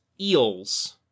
eels